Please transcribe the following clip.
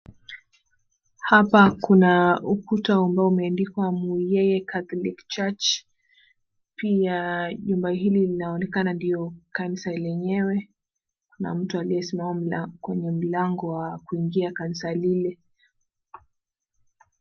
Hapa kuna ukuta amabao umeandikwa Muyeye Catholic Church. Pia nyumba hili linaonekana ndilo kanisa lenyewe. Kuna mtu aliyesimama kwenye mlango wa kuingia kanisa lile